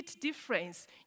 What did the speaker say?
difference